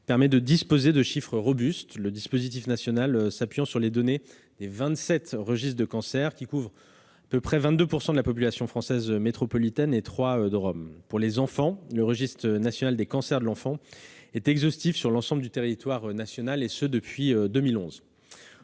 permet de disposer de chiffres robustes, le dispositif national s'appuyant sur les données des 27 registres de cancers, lesquels couvrent environ 22 % de la population française métropolitaine et trois départements et régions d'outre-mer. Pour les enfants, le registre national des cancers de l'enfant est exhaustif sur l'ensemble du territoire national depuis 2011.